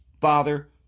Father